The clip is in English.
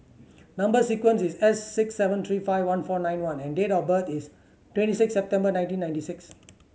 number sequence is S six seven three five one four nine one and date of birth is twenty six September nineteen ninety six